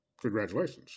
Congratulations